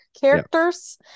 characters